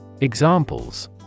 Examples